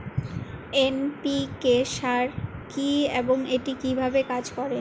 NPK সার কি এবং এটি কিভাবে কাজ করে?